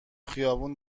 خیابون